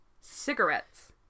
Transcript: Cigarettes